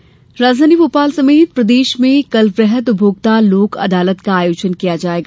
लोक अदालत राजधानी भोपाल समेत प्रदेश में कल वृहद उपभोक्ता लोक अदालत का आयोजन किया जाएगा